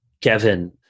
kevin